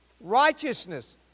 righteousness